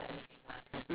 mm